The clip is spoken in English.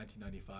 1995